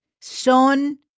son